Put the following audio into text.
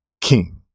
king